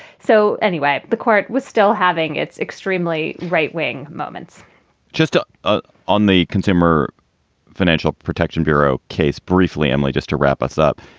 so anyway, the court was still having its extremely right wing moments just ah ah on the consumer financial protection bureau case briefly, emily, just to wrap us up,